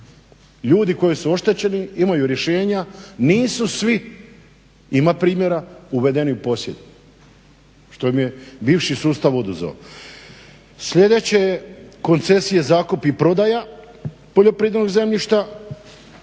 ljudi koji su oštećeni imaju rješenja, nisu svi ima primjera, uvedeni u posjed. Što im je bivši sustav oduzeo. Sljedeće je koncesije, zakup i prodaja poljoprivrednog zemljišta